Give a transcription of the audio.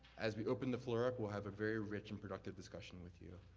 as we open the floor up, we'll have a very rich and productive discussion with you.